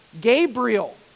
Gabriel